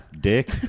dick